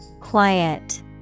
Quiet